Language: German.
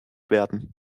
werden